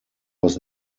was